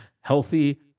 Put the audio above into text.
healthy